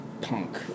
punk